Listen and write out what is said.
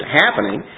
happening